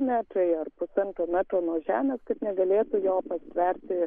metrą ar pusantro metro nuo žemės kad negalėtų jo pastverti